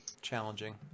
challenging